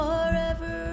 Forever